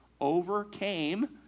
Overcame